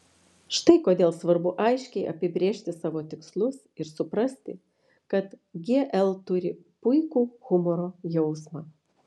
štai kodėl svarbu aiškiai apibrėžti savo tikslus ir suprasti kad gl turi puikų humoro jausmą